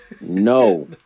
no